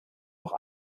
auch